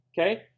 Okay